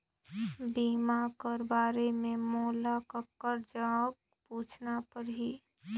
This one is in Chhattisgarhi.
बीमा कर बारे मे मोला ककर जग पूछना परही?